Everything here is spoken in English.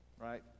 right